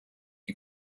you